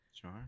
Sure